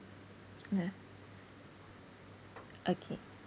ya okay